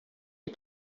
die